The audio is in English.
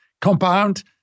compound